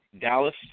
Dallas